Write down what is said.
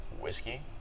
whiskey